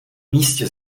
místě